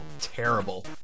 terrible